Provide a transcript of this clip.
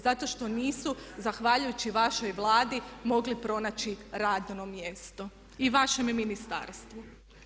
Zato što nisu zahvaljujući vašoj Vladi mogli pronaći radno mjesto i vašem ministarstvu.